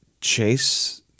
chase